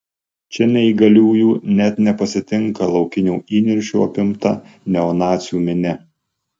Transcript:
čia neįgaliųjų net nepasitinka laukinio įniršio apimta neonacių minia